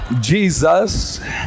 Jesus